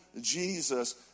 Jesus